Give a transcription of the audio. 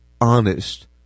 honest